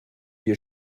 wir